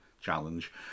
challenge